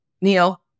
Neil